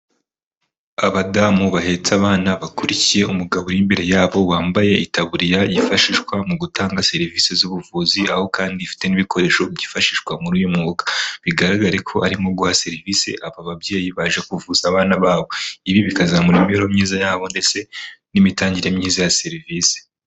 Abadamu bahetse abana bakurikiye umugabo uri imbere yabo wambaye itaburiya yifashishwa mu gutanga serivisi z'ubuvuzi, aho kandi afite n'ibikoresho byifashishwa muri uyu mwuga. bigaragare ko arimo guha serivisi aba babyeyi baje kuvuza abana babo. Ibi bikazamura imibereho myiza yabo ndetse n'imitangire myiza ya serivisi.